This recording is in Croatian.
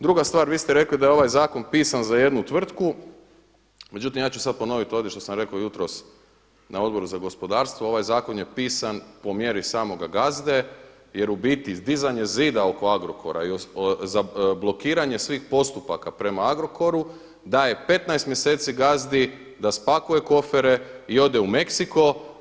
Druga stvar, vi ste rekli da je ovaj zakon pisan za jednu tvrtku, međutim ja ću sada ponoviti ovdje što sam rekao jutros na Odboru za gospodarstvo, ovaj zakon je pisan po mjeri samoga gazde jer u biti dizanje zida oko Agrokora i blokiranje svih postupaka prema Agrokoru daje 15 mjeseci gazdi da spakuje kofere i ode u Meksiko.